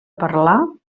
parlar